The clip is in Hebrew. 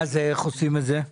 איך עושים את זה?